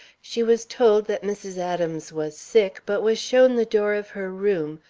she was told that mrs. adams was sick, but was shown the door of her room,